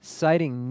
citing